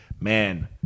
man